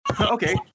Okay